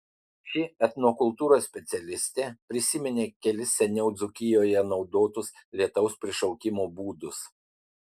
ši etnokultūros specialistė prisiminė kelis seniau dzūkijoje naudotus lietaus prišaukimo būdus